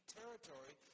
territory